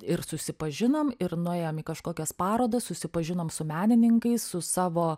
ir susipažinom ir nuėjom į kažkokias parodas susipažinom su menininkais su savo